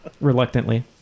Reluctantly